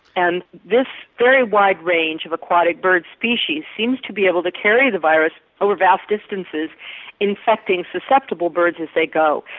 and this very wide range of aquatic bird species seems to be able to carry the virus over vast distances infecting susceptible birds as they go.